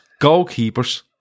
goalkeepers